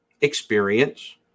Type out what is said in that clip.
Experience